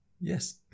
Yes